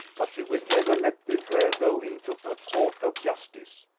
but she will never let the affair go into a court of justice.